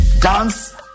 dance